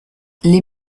les